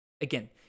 again